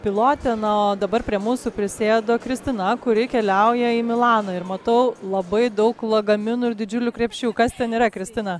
pilotė na o dabar prie mūsų prisėdo kristina kuri keliauja į milaną ir matau labai daug lagaminų ir didžiulių krepšių kas ten yra kristina